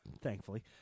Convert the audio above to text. thankfully